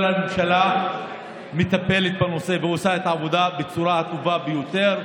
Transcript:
כל הממשלה מטפלת בנושא ועושה את העבודה בצורה הטובה ביותר,